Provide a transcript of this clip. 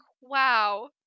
wow